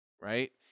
right